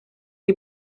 die